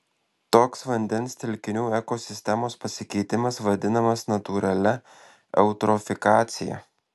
toks vandens telkinių ekosistemos pasikeitimas vadinamas natūralia eutrofikacija